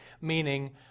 meaning